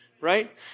Right